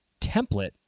template